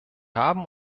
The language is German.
haben